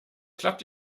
klappt